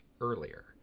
earlier